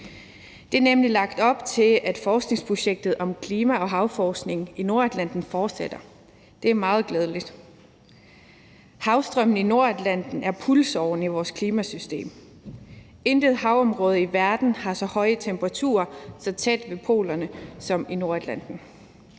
Der er nemlig lagt op til, at forskningsprojektet om klima og havforskning i Nordatlanten fortsætter. Det er meget glædeligt. Havstrømmene i Nordatlanten er pulsåren i vores klimasystem. Intet havområde i verden har så høje temperaturer så tæt ved polerne som Nordatlanten.